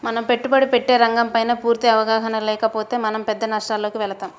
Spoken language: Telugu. మనం పెట్టుబడి పెట్టే రంగంపైన పూర్తి అవగాహన లేకపోతే మనం పెద్ద నష్టాలలోకి వెళతాం